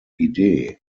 idee